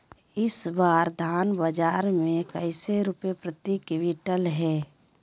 इस बार धान बाजार मे कैसे रुपए प्रति क्विंटल है?